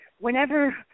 Whenever